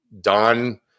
Don